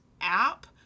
app